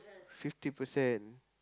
fifty percent